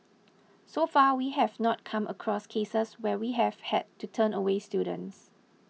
so far we have not come across cases where we have had to turn away students